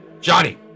Johnny